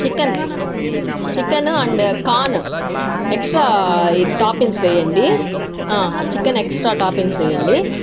chicken chicken and corn extra toppings వేయండి chicken extra toppings వెయ్యండి